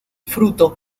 fruto